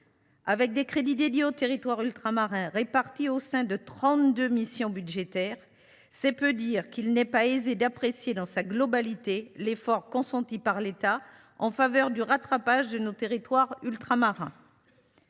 2024. Les crédits dédiés aux territoires ultramarins étant répartis au sein de trente deux missions budgétaires, c’est peu dire qu’il n’est pas aisé d’apprécier dans sa globalité l’effort consenti par l’État en faveur du rattrapage de nos territoires ultramarins.